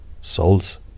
souls